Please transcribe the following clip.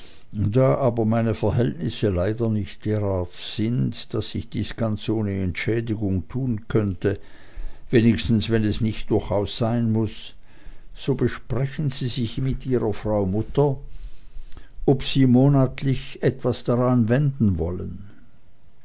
da aber meine verhältnisse leider nicht derart sind daß ich dies ganz ohne entschädigung tun könnte wenigstens wenn es nicht durchaus sein muß so besprechen sie sich mit ihrer frau mutter ob sie monatlich etwas daranwenden wollen